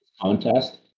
contest